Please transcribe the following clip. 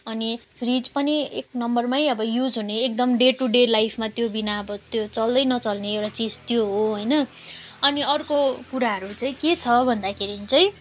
अनि फ्रिज पनि एक नम्बरमा अब युज हुने एकदम डे टु डे लाइफमा त्यो विना अब त्यो चल्दै नचल्ने एउटा चिज त्यो हो होइन अनि अर्को कुराहरू चाहिँ के छ भन्दाखेरि चाहिँ